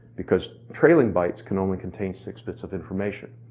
because trailing bytes can only contain six bits of information.